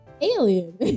alien